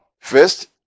first